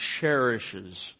cherishes